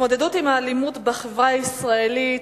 ההתמודדות עם האלימות בחברה הישראלית,